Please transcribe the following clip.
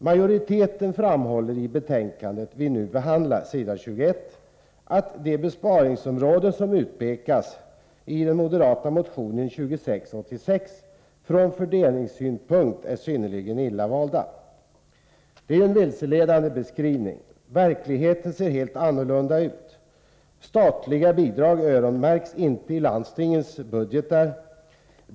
Majoriteten framhåller på s. 21 i det betänkande vi nu behandlar att de besparingsområden som utpekas i den moderata motionen 2686 från fördelningssynpunkt är synnerligen illa valda. Det är en vilseledande beskrivning. Verkligheten ser helt annorlunda ut. Statliga bidrag öronmärks inte i landstingens budgetar.